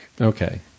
okay